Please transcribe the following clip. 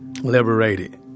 liberated